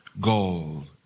gold